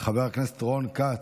חבר הכנסת רון כץ.